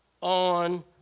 on